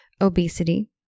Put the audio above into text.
obesity